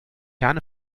herne